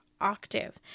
octave